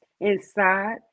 inside